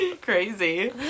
crazy